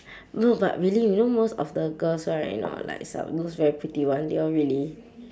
no but really you know most of the girls right you know like some~ those very pretty ones they all really